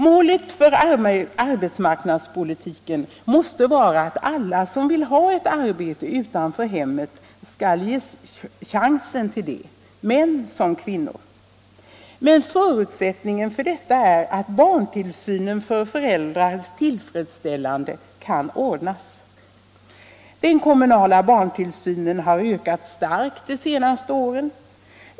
Målet för arbetsmarknadspolitiken måste vara att alla som vill ha ett arbete utanför hemmet skall ges chansen till det, män som kvinnor. Men förutsättningen för detta är att barntillsyn kan ordnas på ett tillfredsställande sätt. Den kommunala barntillsynen har ökat starkt de senaste åren.